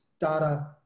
data